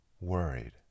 worried